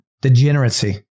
degeneracy